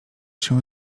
się